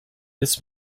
this